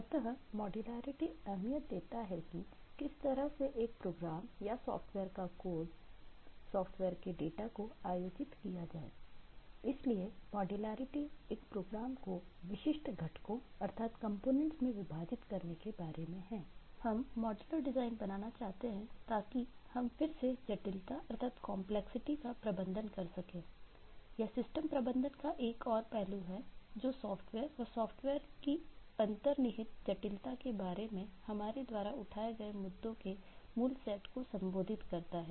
अतः मॉड्युलैरिटी से निपटने के लिए मानव की अंतर्निहित अक्षमता को भी संबोधित करता है